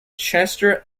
chester